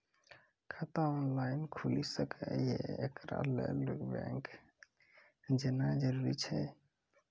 खाता ऑनलाइन खूलि सकै यै? एकरा लेल बैंक जेनाय जरूरी एछि?